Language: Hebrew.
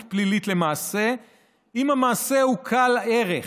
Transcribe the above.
פלילית למעשה אם המעשה הוא קל ערך,